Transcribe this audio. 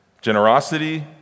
Generosity